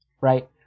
right